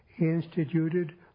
instituted